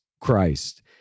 Christ